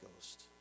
Ghost